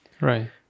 right